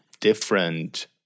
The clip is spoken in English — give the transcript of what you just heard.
different